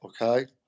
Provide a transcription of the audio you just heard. okay